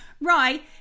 Right